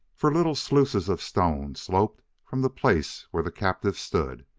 for little sluices of stone sloped from the place where the captives stood,